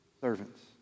Servants